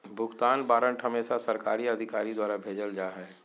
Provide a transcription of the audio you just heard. भुगतान वारन्ट हमेसा सरकारी अधिकारी द्वारा भेजल जा हय